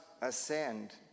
ascend